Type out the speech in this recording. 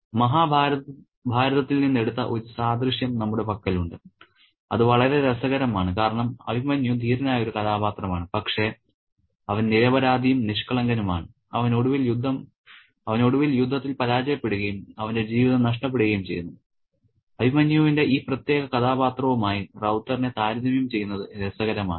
മഹാഭാരതത്തിൽ നിന്ന് എടുത്ത ഒരു സാദൃശ്യം നമ്മുടെ പക്കലുണ്ട് അത് വളരെ രസകരമാണ് കാരണം അഭിമന്യു ധീരനായ ഒരു കഥാപാത്രമാണ് പക്ഷേ അവൻ നിരപരാധിയും നിഷ്കളങ്കനുമാണ് അവൻ ഒടുവിൽ യുദ്ധത്തിൽ പരാജയപ്പെടുകയും അവന്റെ ജീവിതം നഷ്ടപ്പെടുകയും ചെയ്യുന്നു അഭിമന്യുവിന്റെ ഈ പ്രത്യേക കഥാപാത്രവുമായി റൌത്തറിനെ താരതമ്യം ചെയ്യുന്നത് രസകരമാണ്